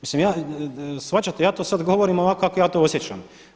Mislim shvaćate, ja to sada govorim ovako kako ja to osjećam.